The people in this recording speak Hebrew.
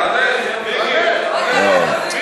תעלה, תעלה, לא.